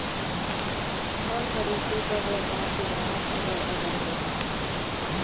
हर तरीके क व्यापार के ग्राहक अलग अलग होला